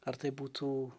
ar tai būtų